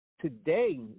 today